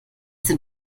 sind